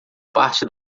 parte